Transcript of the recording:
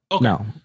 no